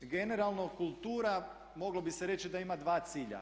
Generalno kultura moglo bi se reći da ima dva cilja.